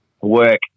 work